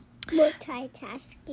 Multitasking